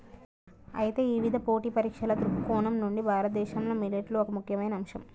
అయితే ఇవిధ పోటీ పరీక్షల దృక్కోణం నుండి భారతదేశంలో మిల్లెట్లు ఒక ముఖ్యమైన అంశం